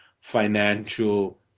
financial